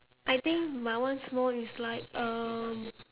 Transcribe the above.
I think my one small is like um